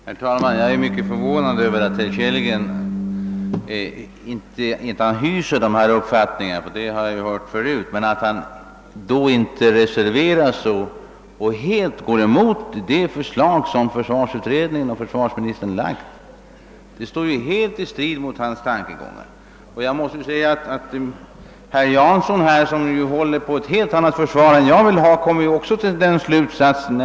Herr talman! Jag är mycket förvånad, inte över att herr Kellgren hyser de uppfattningar han framförde här — dem har jag hört förut — utan över att han under sådana omständigheter inte reserverat sig och gått emot det förslag som försvarsutredningen och försvarsministern framlagt; det står ju helt i strid med hans tankegångar. Herr Jansson, som ju talar för ett helt annat försvar än det jag vill ha, kom tydligen också till den slutsatsen.